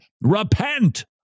Repent